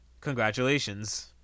congratulations